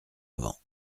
avant